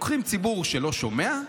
לוקחים ציבור שלא שומע,